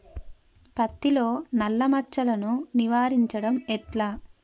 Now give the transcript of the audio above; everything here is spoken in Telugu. పత్తిలో నల్లా మచ్చలను నివారించడం ఎట్లా?